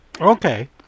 Okay